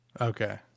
okay